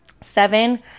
Seven